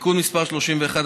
(תיקון מס' 31),